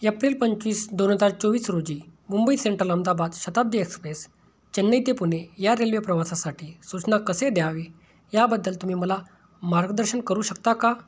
यप्रिल पंचवीस दोन हजार चोवीस रोजी मुंबई सेंट्रल अहमदाबाद शताब्दी एक्सप्रेस चेन्नई ते पुणे या रेल्वे प्रवासासाठी सूचना कसे द्यावे याबद्दल तुम्ही मला मार्गदर्शन करू शकता का